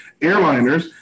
airliners